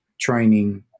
training